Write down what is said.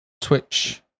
twitch